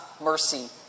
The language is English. mercy